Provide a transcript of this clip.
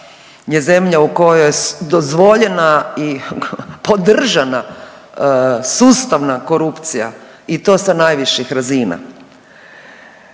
je zemlja u kojoj je dozvoljena i podržana sustavna korupcija i to sa najviših razina.